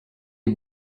est